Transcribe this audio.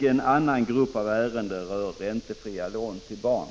En annan grupp ärenden rör räntefria lån till barn.